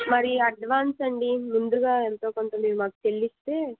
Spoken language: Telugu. మరి అడ్వాన్స్ అండి ముందుగా ఎంతో కొంత మీరు మాకు చెల్లిస్తే